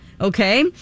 Okay